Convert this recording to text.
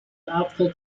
after